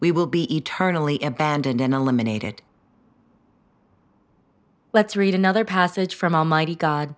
we will be eternally abandoned in eliminated let's read another passage from almighty god